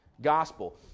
Gospel